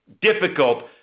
difficult